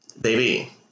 Baby